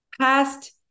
past